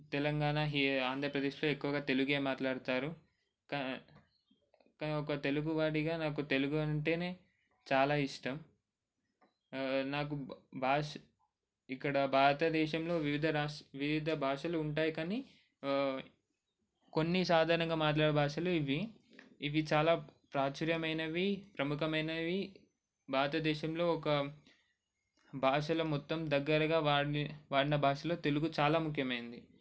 తెలంగాణ ఆంధ్రప్రదేశ్లో ఎక్కువగా తెలుగే మాట్లాడతారు కానీ కానీ ఒక తెలుగువాడిగా నాకు తెలుగు అంటేనే చాలా ఇష్టం నాకు భాష ఇక్కడ భారత దేశంలో వివిధ రాస్ వివిధ భాషలు ఉంటాయి కానీ కొన్ని సాధారణంగా మాట్లాడే భాషలు ఇవి ఇవి చాలా ప్రాచుర్యమైనవి ప్రముఖమైనవి భారతదేశంలో ఒక భాషలో మొత్తం దగ్గరగా వాడి వాడిన భాషలో తెలుగు చాలా ముఖ్యమైనది